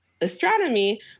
astronomy